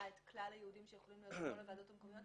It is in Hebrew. את כלל היעודים שיכולים להיות במקום הוועדות המקומיות.